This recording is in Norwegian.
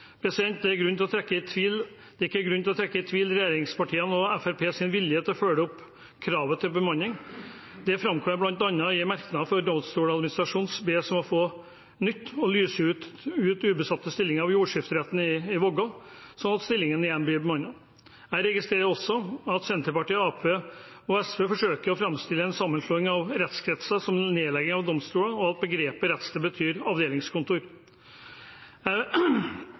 til regjering og storting. Det er ikke grunn til å trekke i tvil regjeringspartiene og Fremskrittspartiets vilje til å følge opp kravet til bemanning. Det framkommer bl.a. i en merknad der Domstoladministrasjonen bes om på nytt å lyse ut ubesatte stillinger ved jordskifteretten i Vågå, slik at stillingene igjen blir bemannet. Jeg registrerer at Senterpartiet, Arbeiderpartiet og SV forsøker å framstille en sammenslåing av rettskretser som en nedlegging av domstoler, og at begrepet «rettssted» betyr avdelingskontor.